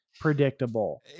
predictable